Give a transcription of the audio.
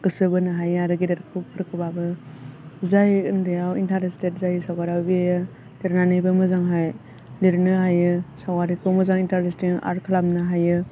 गोसो बोनो हायो आरो गेदेरफोरखौबाबो जाय ओन्दैआव इनटारेसटेट जायो सावगारियाव बेयो देरनानैबो मोजांहाय लिरनो हायो सावगारिखौ मोजां इनटारेस्टिं आर्ट खालामनो हायो